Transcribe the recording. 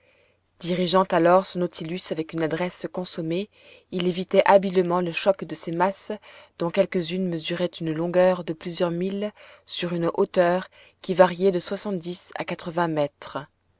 dirigeant alors son nautilus avec une adresse consommée il évitait habilement le choc de ces masses dont quelques-unes mesuraient une longueur de plusieurs milles sur une hauteur qui variait de soixante-dix à quatre-vingts mètres